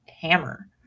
hammer